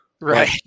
Right